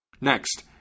Next